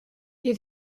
wir